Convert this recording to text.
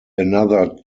another